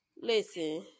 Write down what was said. Listen